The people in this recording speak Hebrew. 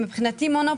הרביזיה לא התקבלה.